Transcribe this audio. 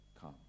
come